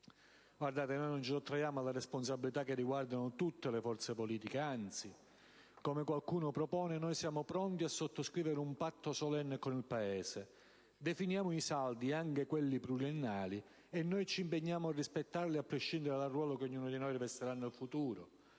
Noi non ci sottraiamo alle responsabilità che riguardano tutte le forze politiche; anzi, come qualcuno propone, noi siamo pronti a sottoscrivere un patto solenne con il Paese: definiamo i saldi, anche quelli pluriennali, e noi ci impegniamo a rispettarli, a prescindere dal ruolo che ognuno di noi rivestirà nel futuro.